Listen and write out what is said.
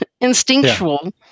instinctual